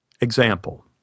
Example